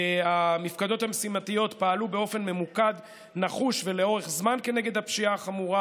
המפקדות המשימתיות פעלו באופן ממוקד ונחוש לאורך זמן נגד הפשיעה החמורה,